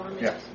yes